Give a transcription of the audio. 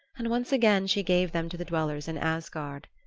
and once again she gave them to the dwellers in asgard.